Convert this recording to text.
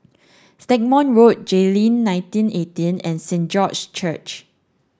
Stagmont Road Jayleen nineteen eighteen and Saint George's Church